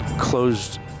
closed